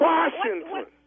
Washington